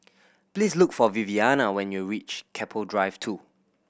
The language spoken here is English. please look for Viviana when you reach Keppel Drive Two